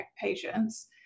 patients